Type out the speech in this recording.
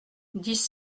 dix